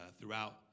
throughout